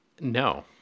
No